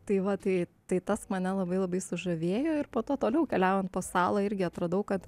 tai va tai tai tas mane labai labai sužavėjo ir po to toliau keliaujant po salą irgi atradau kad